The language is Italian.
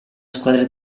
squadra